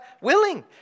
willing